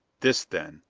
this, then,